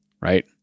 right